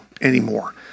anymore